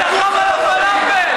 אתם עבדים שלו, אתם כולכם עבדים.